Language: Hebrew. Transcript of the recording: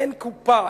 ואין קופה,